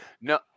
No